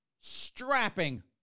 strapping